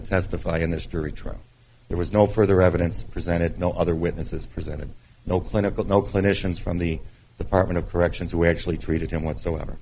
testify in this jury trial there was no further evidence presented no other witnesses presented no clinical no clinicians from the the partment of corrections who actually treated him whatsoever